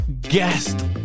guest